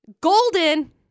Golden